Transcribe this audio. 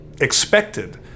expected